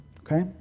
Okay